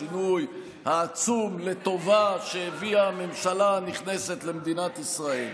השינוי העצום לטובה שהביאה הממשלה הנכנסת למדינת ישראל.